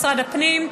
משרד הפנים,